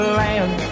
land